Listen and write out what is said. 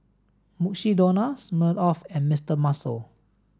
Mukshidonna Smirnoff and Mister Muscle